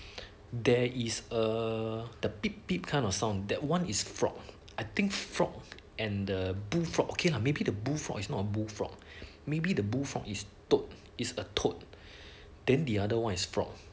there is uh the beep beep kind of sound that one is from I think frog and the bullfrog okay lah maybe the bullfrog is not the bullfrog maybe the bullfrog is toad is a toad then the other one is frog